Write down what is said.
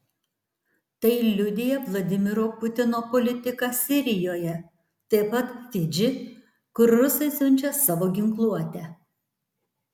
tai liudija vladimiro putino politika sirijoje taip pat fidži kur rusai siunčia savo ginkluotę